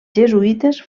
jesuïtes